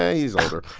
yeah he's older.